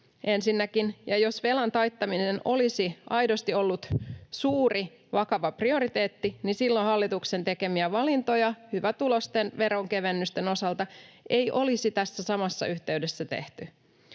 toimesta, ja jos velan taittaminen olisi aidosti ollut suuri, vakava prioriteetti, niin silloin hallituksen tekemiä valintoja hyvätuloisten veronkevennysten osalta ei olisi tässä samassa yhteydessä tehty.